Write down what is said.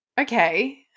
Okay